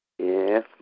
Yes